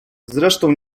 zresztą